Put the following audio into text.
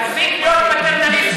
תפסיק להיות פטרנליסט,